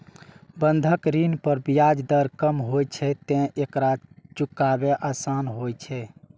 बंधक ऋण पर ब्याज दर कम होइ छैं, तें एकरा चुकायब आसान होइ छै